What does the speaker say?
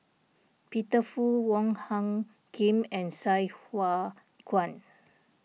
Peter Fu Wong Hung Khim and Sai Hua Kuan